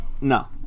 no